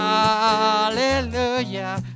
Hallelujah